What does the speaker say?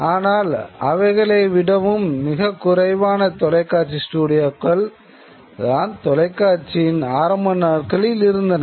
ஆனால் அவைகளையும் விட மிகவும் குறைவான தொலைக்காட்சி ஸ்டுடியோக்கள் தான் தொலைக்காட்சியின் ஆரம்ப நாட்களில் இருந்தன